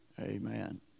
Amen